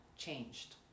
Changed